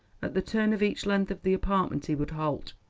at the turn of each length of the apartment he would halt,